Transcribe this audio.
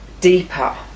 deeper